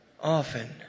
Often